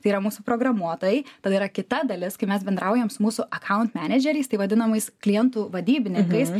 tai yra mūsų programuotojai tada yra kita dalis kai mes bendraujam su mūsų account menedžeriais tai vadinamais klientų vadybininkais